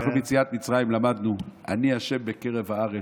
אנחנו ביציאת מצרים למדנו: "אני ה' בקרב הארץ",